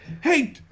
Hey